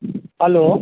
hello